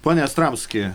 pone jastramski